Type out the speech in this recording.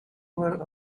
were